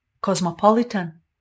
cosmopolitan